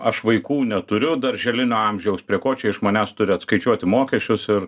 aš vaikų neturiu darželinio amžiaus prie ko čia iš manęs turi atskaičiuoti mokesčius ir